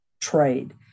trade